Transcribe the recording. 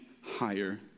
higher